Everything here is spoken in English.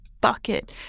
bucket